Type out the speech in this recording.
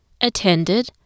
attended